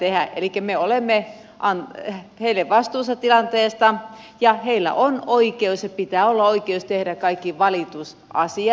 elikkä me olemme heille vastuussa tilanteesta ja heillä on oikeus ja pitää olla oikeus tehdä kaikki valitusasiat